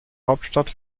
hauptstadt